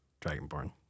Dragonborn